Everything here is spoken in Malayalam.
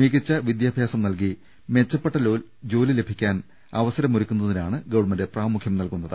മികച്ച വിദ്യാഭ്യാസം നൽകി മെച്ച പ്പെട്ട ജോലി ലഭിക്കാൻ അവസരമൊരുക്കുന്നതിനാണ് ഗവൺമെന്റ് പ്രാമുഖ്യം നൽകുന്നത്